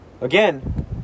Again